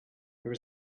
there